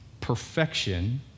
perfection